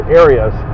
areas